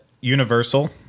Universal